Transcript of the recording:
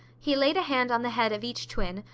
he laid a hand on the head of each twin,